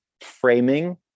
framing